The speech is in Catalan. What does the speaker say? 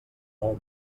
nou